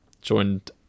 joined